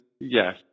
yes